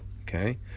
okay